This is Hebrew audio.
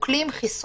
הוא כלי עם חסרונות.